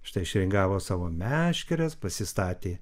štai išringavo savo meškeres pasistatė